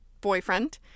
boyfriend